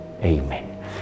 Amen